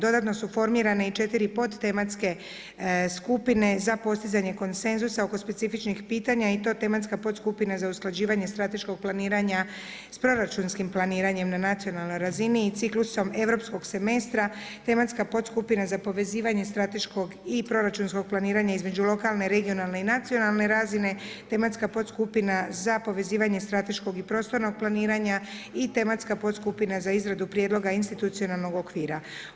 Dodatno su formirane i četiri podtematske skupine za postizanje konsenzusa oko specifičnih pitanja i to tematska podskupina za usklađivanje strateškog planiranja s proračunskim planiranjem na nacionalnoj razini i ciklusom europskog semestra, tematska skupina za povezivanje strateškog i proračunskog planiranja između lokalne, regionalne i nacionalne razine, tematska podskupina za povezivanje strateškog i prostornog planiranja i tematska podskupina za izradu prijedloga institucionalnog okvira.